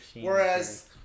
Whereas